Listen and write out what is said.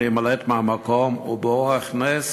להימלט מהמקום ובאורח נס